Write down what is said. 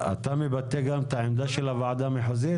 אתה מבטא גם את העמדה של הוועדה המחוזית?